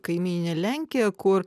kaimynine lenkija kur